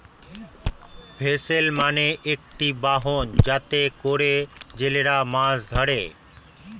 vessel মানে একটি বাহন যাতে করে জেলেরা মাছ ধরে